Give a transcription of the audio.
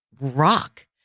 rock